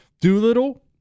Doolittle